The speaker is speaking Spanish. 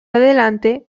adelante